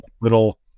little